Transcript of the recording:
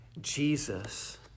Jesus